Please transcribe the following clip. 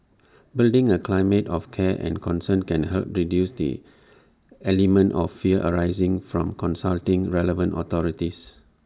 building A climate of care and concern can help reduce the element of fear arising from consulting relevant authorities